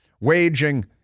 waging